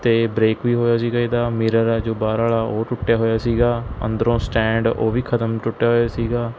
ਅਤੇ ਬਰੇਕ ਵੀ ਹੋਇਆ ਸੀਗਾ ਇਹਦਾ ਮਿਰਰ ਹੈ ਜੋ ਬਾਹਰ ਵਾਲ਼ਾ ਉਹ ਟੁੱਟਿਆ ਹੋਇਆ ਸੀਗਾ ਅੰਦਰੋਂ ਸਟੈਂਡ ਉਹ ਵੀ ਖਤਮ ਟੁੱਟਿਆ ਹੋਇਆ ਸੀਗਾ